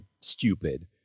stupid